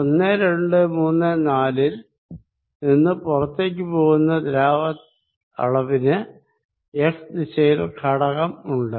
1234 ൽ നിന്ന് പുറത്തേക്ക് പോകുന്ന ദ്രാവകത്തിന്റെ അളവിന് x ദിശയിൽ ഘടകം ഉണ്ട്